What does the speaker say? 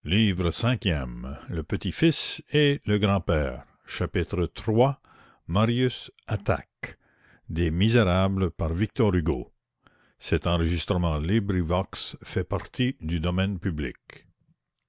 chapitre iii marius attaque